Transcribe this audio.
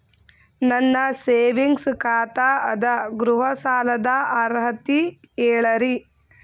ನನ್ನ ಸೇವಿಂಗ್ಸ್ ಖಾತಾ ಅದ, ಗೃಹ ಸಾಲದ ಅರ್ಹತಿ ಹೇಳರಿ?